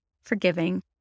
forgiving